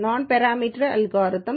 நான் parameter algorithm